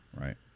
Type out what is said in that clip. Right